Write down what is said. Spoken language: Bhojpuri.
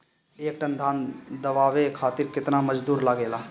एक टन धान दवावे खातीर केतना मजदुर लागेला?